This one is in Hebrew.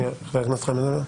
חבר הכנסת חמד עמאר,